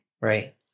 right